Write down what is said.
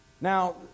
Now